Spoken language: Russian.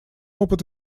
опыт